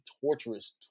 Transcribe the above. torturous